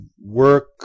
work